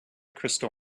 crystal